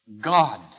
God